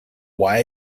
why